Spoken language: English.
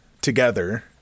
together